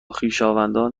خویشاوندان